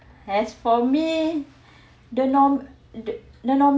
as for me the norm the the